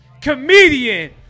comedian